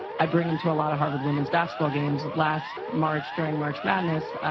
i bring them to a lot of harvard women's basketball games. last march, during march madness,